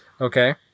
Okay